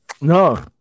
No